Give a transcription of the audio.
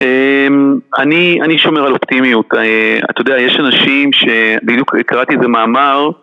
אני שומר על אופטימיות, אתה יודע, יש אנשים ש... בדיוק קראתי איזה מאמר